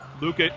Luke